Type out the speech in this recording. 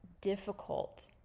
difficult